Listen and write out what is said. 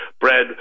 bread